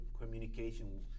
communication